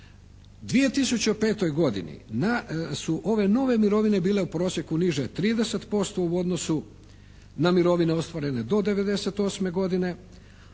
U 2005. godini su ove nove mirovine bile u prosjeku niže 30% u odnosu na mirovine ostvarene do '98. godine